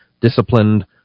disciplined